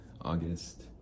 August